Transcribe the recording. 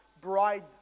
bride